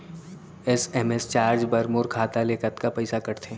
SMS charge बर मोर खाता ले कतका पइसा कटथे?